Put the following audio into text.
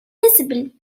visible